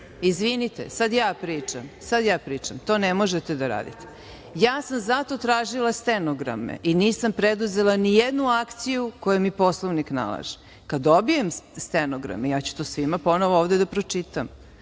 Izvinite, sada ja pričam. Sada ja pričam. To ne možete da radite. Ja sam zato tražila stenograme i nisam preduzela ni jednu akciju koju mi Poslovnik nalaže. Kada dobijem stenograme ja ću to svima ponovo ovde da pročitam,